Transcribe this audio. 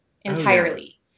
entirely